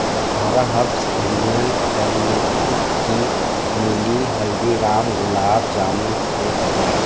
अट्ठारह herbs Indian turmeric tea मिली हल्दीराम गुलाब जामुन के बजाय